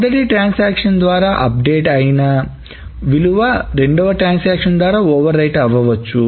మొదటి ట్రాన్సాక్షన్ ద్వారా అప్డేట్ అయినా విలువ రెండవ ట్రాన్సాక్షన్ ద్వారా ఓవర్ రైట్ అవ్వవచ్చు